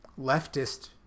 leftist